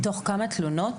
מתוך כמה תלונות?